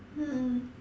mm